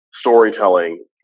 storytelling